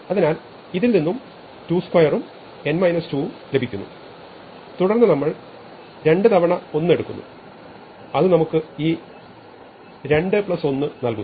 അതിനാൽ ഇതിൽ നിന്നും 22 ഉം n 2 ഉം ലഭിക്കുന്നു തുടർന്ന് നമ്മൾ 2 തവണ 1 എടുക്കുന്നു അത് നമുക്ക് ഈ 2 പ്ലസ് 1 നൽകുന്നു